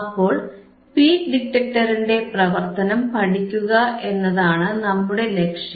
അപ്പോൾ പീക്ക് ഡിറ്റക്ടറിന്റെ പ്രവർത്തനം പഠിക്കുക എന്നതാണ് നമ്മുടെ ലക്ഷ്യം